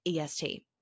EST